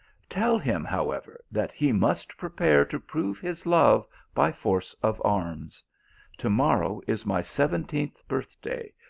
tell him, however, that he must prepare to prove his love by force of arms to-morrow is my seventeenth birth-day,